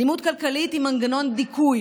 אלימות כלכלית היא מנגנון דיכוי